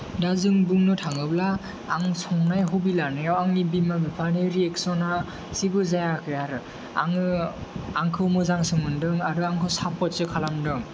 दा जों बुंनो थाङोब्ला आं संनाय हबि लानायाव आंनि बिमा बिफानि रेियेक्सना जेबो जायाखै आरो आङो आंखौ मोजांसो मोनदों आरो आखौ सापर्तसो खालामदों